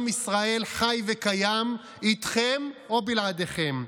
עם ישראל חי וקיים איתכם או בלעדיכם.